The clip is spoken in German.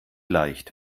leicht